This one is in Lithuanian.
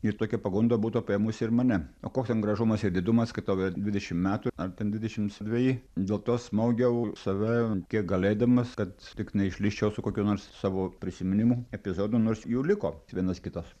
ir tokia pagunda būtų apėmusi ir mane o koks ten gražumas ir didumas kai tau yra dvidešim metų ar ten dvidešimts dveji dėl to smaugiau save kiek galėdamas kad tik neišlįsčiau su kokiu nors savo prisiminimu epizodu nors jų liko vienas kitas